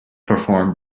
performed